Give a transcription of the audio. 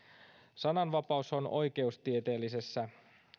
sananvapaus on oikeustieteellisessä